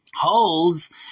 holds